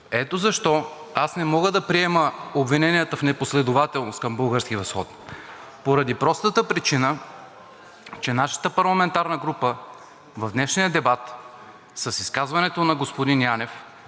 че нашата парламентарна група в днешния дебат с изказването на господин Янев отстоява единствено и само българския национален интерес. (Шум и реплики